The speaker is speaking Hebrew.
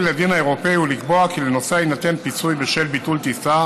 לדין האירופי ולקבוע כי לנוסע יינתן פיצוי בשל ביטול טיסה